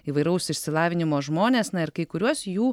įvairaus išsilavinimo žmonės na ir kai kuriuos jų